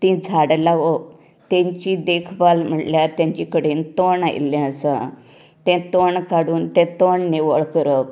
ती झाडां लावप तेंची देखभाल म्हळ्यार तेंचे कडेन तण आयिल्ले आसता तें तण काडून तें तण निवळ करप